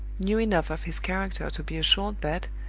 knew enough of his character to be assured that,